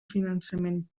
finançament